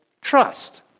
trust